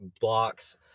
blocks